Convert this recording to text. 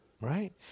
Right